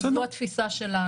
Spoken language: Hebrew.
זו התפיסה שלנו.